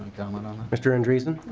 um and um mr. an dreesen